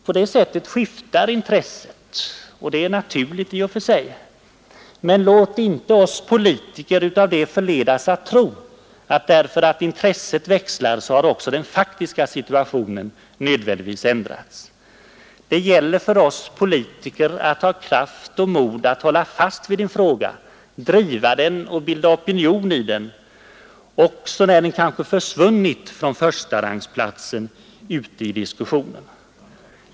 På det sättet skiftar intresset. Det är naturligt i och för sig. Men låt inte oss politiker av det förledas att tro att därför att intresset växlar har också den faktiska situationen nödvändigtvis ändrats! Det gäller för oss politiker att ha kraft och mod att hålla fast vid en fråga, driva den och bilda opinion i den, också när den kanske försvunnit från förstarangsplatsen i diskussionen.